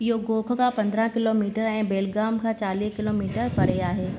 इहो गोख खां पंदरहां किलोमीटर ऐं बेलगाम खां चालीह किलोमीटर परे आहे